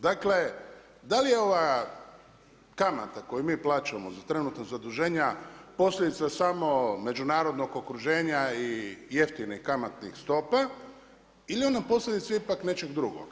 Dakle, da li je ova kamata, koju mi plaćamo za trenutna zaduženja posljedica samo međunarodnog okruženja i jeftine kamatnih stopa ili je ona posljedica ipak nečeg drugog.